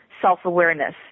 self-awareness